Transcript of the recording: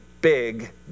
big